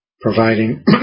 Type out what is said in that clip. providing